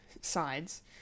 sides